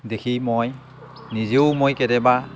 দেখি মই নিজেও মই কেতিয়াবা